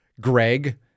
Greg